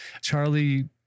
Charlie